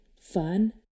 fun